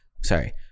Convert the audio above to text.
sorry